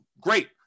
Great